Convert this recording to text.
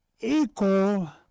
equal